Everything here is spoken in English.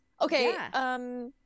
Okay